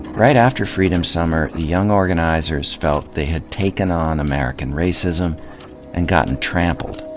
right after freedom summer, the young organizers felt they had taken on american racism and gotten trampled.